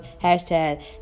Hashtag